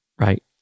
right